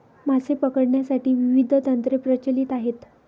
मासे पकडण्यासाठी विविध तंत्रे प्रचलित आहेत